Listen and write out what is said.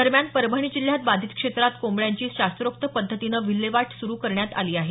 दरम्यान परभणी जिल्ह्यात बाधित क्षेत्रात कोंबड्यांची शास्त्रोक्त पद्धतीनं विल्हेवाट सुरू करण्यात आली आहे